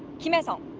kim hye-sung,